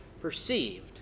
perceived